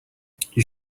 you